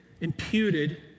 imputed